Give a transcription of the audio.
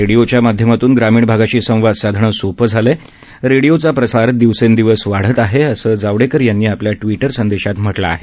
रेडिओच्या माध्यमातून ग्रामीण भागाशी संवाद साधणं सोपं झालं आहे रेडिओचा प्रसार दिवसेंदिवस वाढत आहे असं जावडेकर यांनी आपल्या ट्वीटर संदेशात म्हटलं आहे